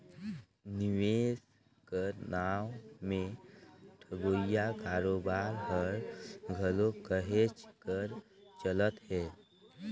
निवेस कर नांव में ठगोइया कारोबार हर घलो कहेच कर चलत हे